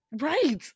Right